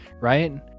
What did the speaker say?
right